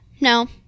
no